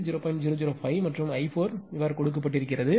005 மற்றும் i4 கொடுக்கப்பட்டிருக்கிறது